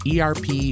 ERP